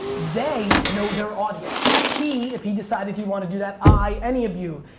they know their audience. he, if he decided he wanted to do that, i, any of you,